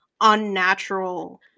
unnatural